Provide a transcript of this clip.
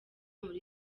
muri